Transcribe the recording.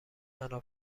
فنا